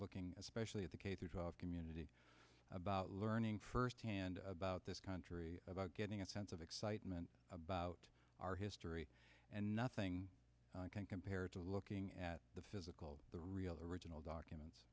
looking especially at the k through twelve community about learning firsthand about this country about getting a sense of excitement about our history and nothing can compare to looking at the physical the real original documents